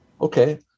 Okay